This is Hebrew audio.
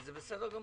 וזה בסדר גמור,